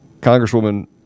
Congresswoman